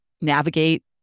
navigate